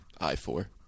I-four